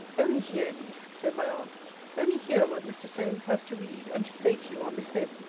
only hear, niece, said my aunt only hear what mr. solmes has to read and to say to you on this head.